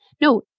No